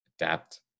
adapt